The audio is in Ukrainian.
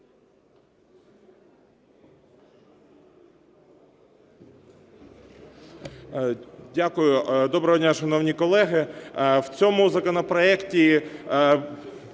Дякую. Доброго дня, шановні колеги! В цьому законопроекті